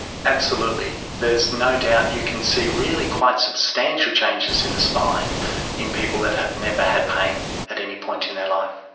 absolutely. there's no doubt you can see really quite substantial changes in the spine in people that have never had pain at any point in their life.